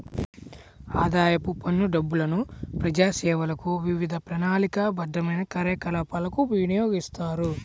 ఆదాయపు పన్ను డబ్బులను ప్రజాసేవలకు, వివిధ ప్రణాళికాబద్ధమైన కార్యకలాపాలకు వినియోగిస్తారు